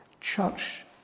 church